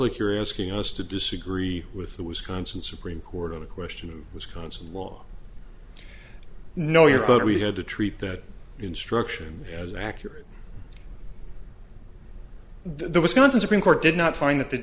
like you're asking us to disagree with the wisconsin supreme court of the question of wisconsin law no your vote we had to treat the instruction as accurate the wisconsin supreme court did not find that th